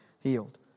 healed